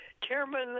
chairman